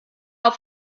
auf